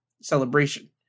celebration